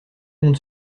monde